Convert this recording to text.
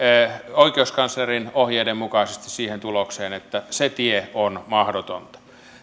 oikeuskanslerin ohjeiden mukaisesti siihen tulokseen että se tie on mahdoton